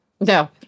no